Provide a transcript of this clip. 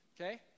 okay